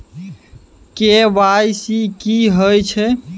KYC की हय छै?